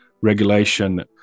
regulation